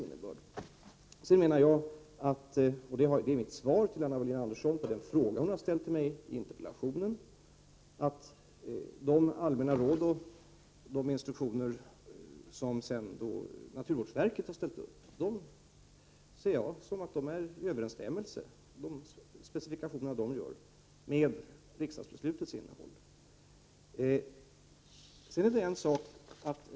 Vidare anser jag — och det sade jag i mitt svar på den fråga som Anna Wohlin-Andersson ställt till mig i interpellationen — att de allmänna råd och instruktioner som naturvårdsverket utarbetat överensstämmer med riksdagsbeslutet.